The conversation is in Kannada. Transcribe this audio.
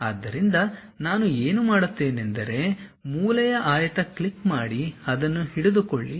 ಆದ್ದರಿಂದ ನಾನು ಏನು ಮಾಡುತ್ತೇನೆಂದರೆ ಮೂಲೆಯ ಆಯತ ಕ್ಲಿಕ್ ಮಾಡಿ ಅದನ್ನು ಹಿಡಿದುಕೊಳ್ಳಿ